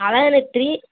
அதுதான் எனக்கு த்ரீ